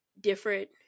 different